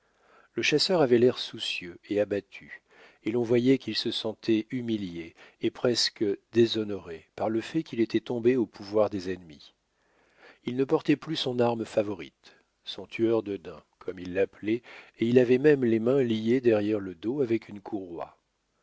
le chasseur avait l'air soucieux et abattu et l'on voyait qu'il se sentait humilié et presque déshonoré par le fait qu'il était tombé au pouvoir des ennemis il ne portait plus son arme favorite son tueur dedaims comme il l'appelait et il avait même les mains liées derrière le dos avec une courroie